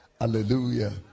Hallelujah